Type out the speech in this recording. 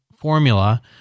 formula